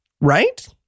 Right